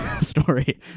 story